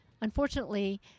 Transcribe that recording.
Unfortunately